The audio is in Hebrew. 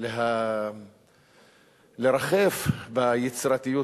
לרחף ביצירתיות,